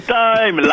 time